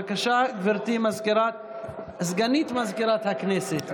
בבקשה, גברתי סגנית מזכירת הכנסת.